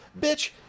bitch